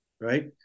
right